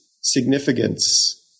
significance